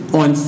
on